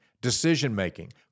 decision-making